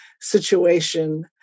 situation